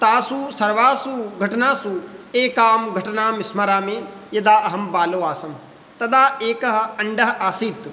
तासु सर्वासु घटनासु एकां घटनां स्मरामि यदा अहं बालः आसं तदा एकः अण्डः आसीत्